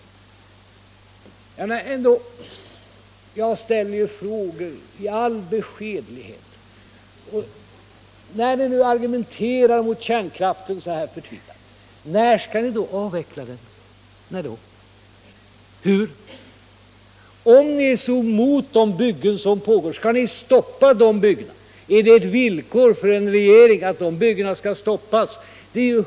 Jag ställer frågor i all beskedlighet. När ni nu argumenterar mot kärnkraften så här förtvivlat, när skall ni då avveckla den? Och hur skall ni göra det? Om ni är så emot de byggen som pågår, skall ni då stoppa de byggena? Är det ett villkor för en borgerlig regering att de skall stoppas?